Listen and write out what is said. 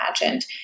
imagined